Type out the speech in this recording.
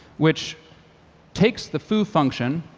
which takes the foo function,